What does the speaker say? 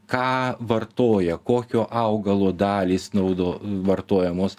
ką vartoja kokio augalo dalys naudo vartojamos